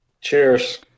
Cheers